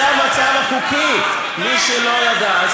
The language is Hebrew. זה המצב החוקי, למי שלא ידע.